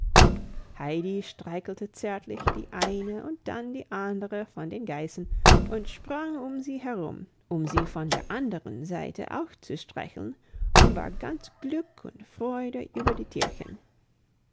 heidi streichelte zärtlich die eine und dann die andere von den geißen und sprang um sie herum um sie von der anderen seite auch zu streicheln und war ganz glück und freude über die tierchen